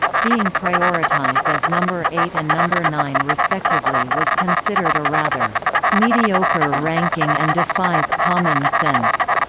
being prioritized as number eight and number nine respectively was considered a rather mediocre ranking and defies common sense